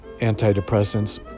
antidepressants